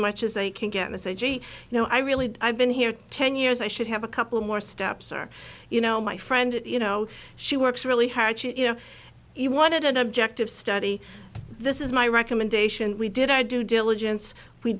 much as they can get the say gee you know i really i been here ten years i should have a couple or steps or you know my friend you know she works really hard you know you wanted an objective study this is my recommendation we did i do diligence we